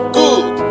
good